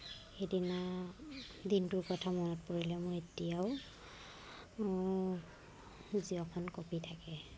সেইদিনা দিনটোৰ কথা মনত পৰিলে মোৰ এতিয়াও জীৱখন কঁপি থাকে